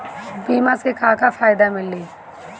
बीमा से का का फायदा मिली?